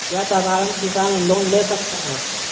क्या साधरण किसान लोन ले सकता है?